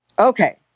Okay